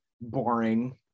boring